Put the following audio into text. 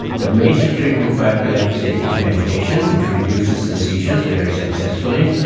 the major treatment for epilepsy is medication which reduces the seizures very successfully.